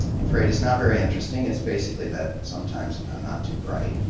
i'm afraid, is not very interesting, it's basically that sometimes i'm not too bright.